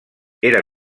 era